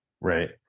Right